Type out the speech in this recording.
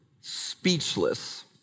speechless